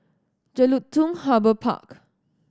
Jelutung Harbour Park